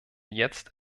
jetzt